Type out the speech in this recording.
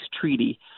treaty